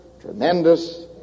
tremendous